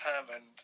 determined